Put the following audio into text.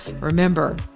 remember